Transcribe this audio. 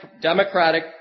Democratic